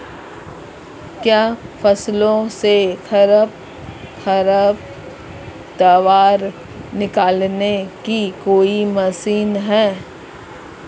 क्या फसलों से खरपतवार निकालने की कोई मशीन है?